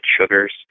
sugars